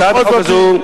הצעת החוק הזו,